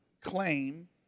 claim